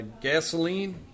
Gasoline